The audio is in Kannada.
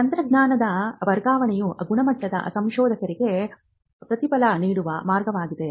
ತಂತ್ರಜ್ಞಾನದ ವರ್ಗಾವಣೆಯು ಗುಣಮಟ್ಟದ ಸಂಶೋಧಕರಿಗೆ ಪ್ರತಿಫಲ ನೀಡುವ ಮಾರ್ಗವಾಗಿದೆ